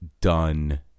done